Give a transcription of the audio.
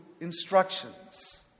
instructions